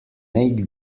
make